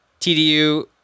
TDU